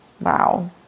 Wow